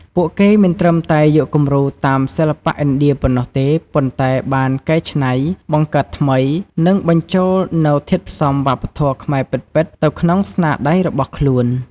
ពួកគេមិនត្រឹមតែយកគំរូតាមសិល្បៈឥណ្ឌាប៉ុណ្ណោះទេ ប៉ុន្តែបានកែច្នៃ បង្កើតថ្មី និងបញ្ចូលនូវធាតុផ្សំវប្បធម៌ខ្មែរពិតៗទៅក្នុងស្នាដៃរបស់ខ្លួន។